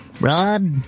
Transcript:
Rod